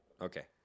Okay